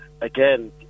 again